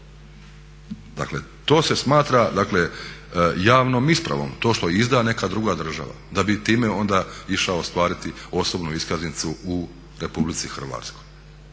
Dakle to se smatra javnom ispravom to što izda neka druga država da bi time onda išao ostvariti osobnu iskaznicu u Republici Hrvatskoj,